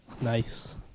Nice